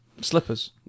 slippers